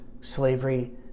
slavery